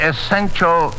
essential